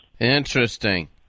Interesting